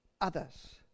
others